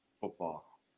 football